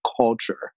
culture